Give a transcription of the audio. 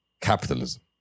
capitalism